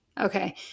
Okay